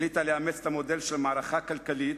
החליטה לאמץ את המודל של מערכה כלכלית